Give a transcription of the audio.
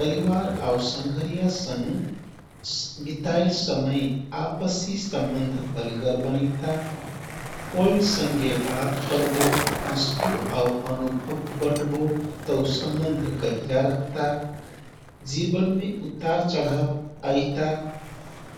परिवार आउ सँघरियनसँग बिताइल समय आपसी सम्बन्ध बलगर बनैता। ओइन सँघे बात करबो, हस्बो आउ अनुभव बट्बो तौ सम्बन्ध गहिरा रहता। जीवनमे उतारचढाव अइता